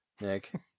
nick